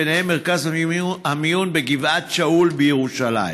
ובהם מרכז המיון בגבעת שאול בירושלים.